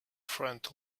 friend